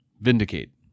Vindicate